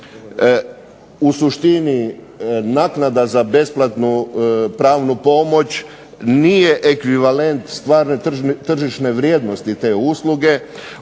u suštini naknada za besplatnu pravnu pomoć nije ekvivalent stvarne tržišne vrijednosti te usluge.